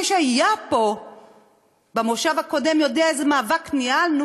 מי שהיה פה במושב הקודם יודע איזה מאבק ניהלנו